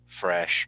fresh